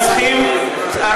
אתה פופוליסט מהסוג הנמוך ביותר.